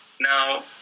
Now